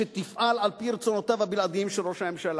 שתפעל על-פי רצונותיו הבלעדיים של ראש הממשלה.